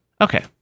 Okay